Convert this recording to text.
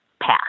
path